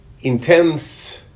intense